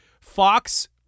Fox